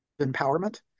Empowerment